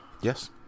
Yes